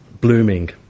blooming